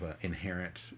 inherent